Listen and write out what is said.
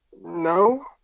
No